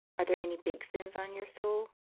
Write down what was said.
are there any big sins on your soul?